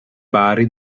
pari